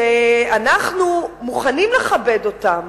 שאנחנו מוכנים לכבד אותם